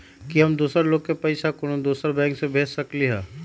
कि हम दोसर लोग के पइसा कोनो दोसर बैंक से भेज सकली ह?